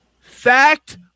Fact